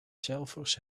zelvers